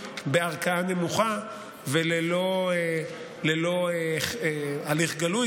ובערכאה נמוכה וללא הליך גלוי,